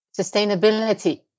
Sustainability